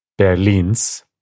Berlins